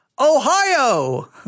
Ohio